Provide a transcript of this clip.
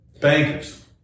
bankers